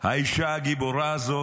האישה הגיבורה הזאת,